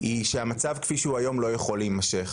היא שהמצב כפי שהוא היום לא יכול להימשך.